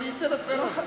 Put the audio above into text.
אבל היא תנסה להסביר לך.